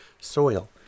soil